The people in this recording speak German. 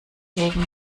gegen